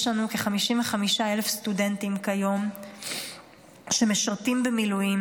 יש לנו כ-55,000 סטודנטים כיום שמשרתים במילואים,